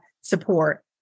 support